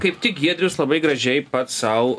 kaip tik giedrius labai gražiai pats sau